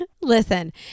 Listen